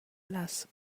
las